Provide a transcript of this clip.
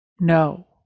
No